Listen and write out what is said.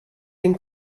den